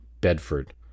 Bedford